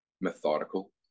methodical